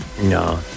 No